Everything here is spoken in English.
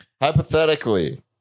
hypothetically